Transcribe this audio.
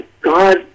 God